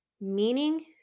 meaning